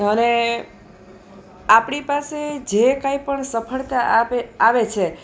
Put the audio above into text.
અને આપણી પાસે જે કાંઈ પણ સફળતા આપે આવે છે